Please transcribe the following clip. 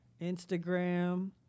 Instagram